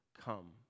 come